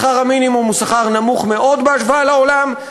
שכר המינימום הוא שכר נמוך מאוד בהשוואה לעולם,